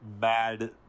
mad